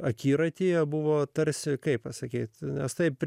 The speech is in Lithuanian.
akiratyje buvo tarsi kaip pasakyti nes taip